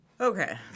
Okay